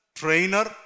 trainer